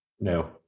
No